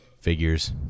figures